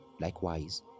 likewise